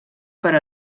per